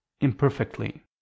imperfectly